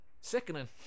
sickening